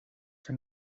que